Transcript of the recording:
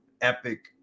epic